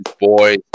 boy